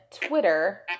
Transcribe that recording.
Twitter